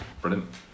Brilliant